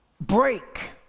break